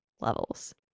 levels